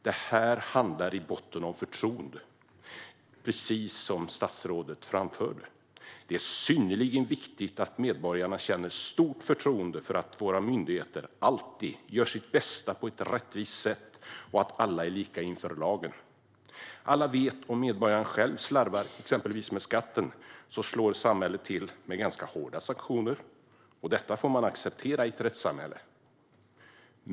Det här handlar i botten om förtroende, precis som statsrådet framförde. Det är synnerligen viktigt att medborgarna känner stort förtroende för att våra myndigheter alltid gör sitt bästa på ett rättvist sätt och att alla är lika inför lagen. Alla vet att om medborgaren själv slarvar, exempelvis med skatten, slår samhället till med ganska hårda sanktioner. Detta får man acceptera i ett rättssamhälle.